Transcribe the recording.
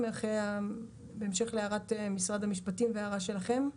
בהמשך להערת משרד המשפטים והערה שלכם.